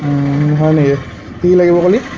হয় নেকি কি লাগিব কলি